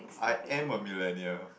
I am a millennial